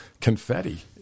confetti